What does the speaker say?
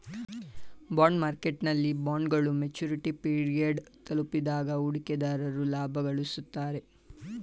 bond ಮಾರ್ಕೆಟ್ನಲ್ಲಿ ಬಾಂಡ್ಗಳು maturity period ತಲುಪಿದಾಗ ಹೂಡಿಕೆದಾರರು ಲಾಭ ಗಳಿಸುತ್ತಾರೆ